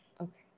okay